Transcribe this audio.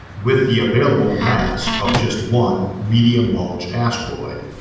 with the available mass of just one medium-large asteroid.